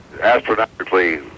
astronomically